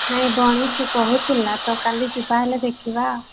ନାହିଁ ବଢ଼ିଛି କହୁଥିଲା ତ କାଲି ଯିବା ହେଲା ଦେଖିବା